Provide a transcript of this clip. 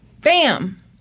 Bam